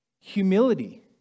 Humility